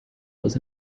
was